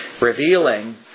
revealing